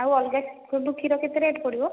ଆଉ ଅଲଗା ସବୁ କ୍ଷୀର କେତେ ରେଟ୍ ପଡ଼ିବ